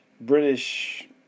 British